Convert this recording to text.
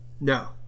No